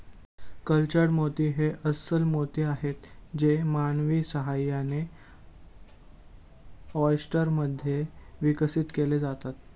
cultured मोती हे अस्स्ल मोती आहेत जे मानवी सहाय्याने, ऑयस्टर मध्ये विकसित केले जातात